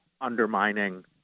undermining